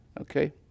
Okay